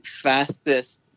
fastest